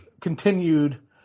continued